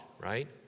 right